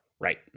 Right